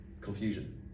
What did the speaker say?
confusion